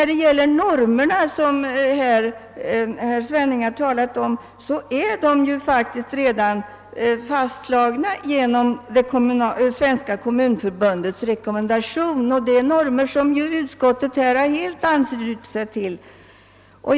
De normer, som herr Svenning talat om, är faktiskt redan antagna genom Kommunförbundets rekommendation, och utskottet har helt anslutit sig till dessa normer.